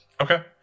Okay